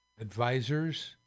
advisors